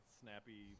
snappy